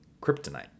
kryptonite